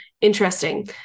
Interesting